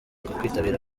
kwitabira